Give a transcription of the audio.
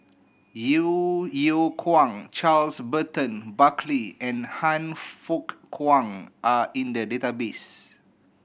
Yeo Yeow Kwang Charles Burton Buckley and Han Fook Kwang are in the database